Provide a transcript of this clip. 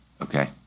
okay